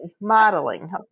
Modeling